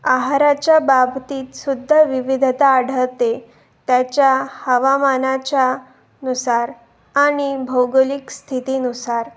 आहाराच्या बाबतीतसुद्धा विविधता आढळते त्याच्या हवामानाच्यानुसार आणि भौगोलिक स्थितीनुसार